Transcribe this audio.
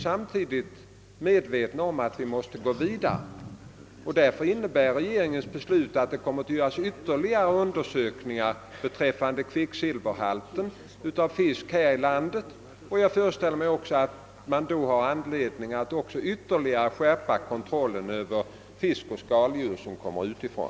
Samtidigt är vi medvetna om att ytterligare åtgärder behövs och regeringen har ju därför beslutat att det skall göras ytterligare undersökningar rörande kvicksilverhalten hos fisk här i landet. Jag föreställer mig att det också då kan finnas anledning att ytterligare skärpa kontrollen över fisk och skaldjur som kommer utifrån.